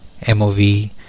MOV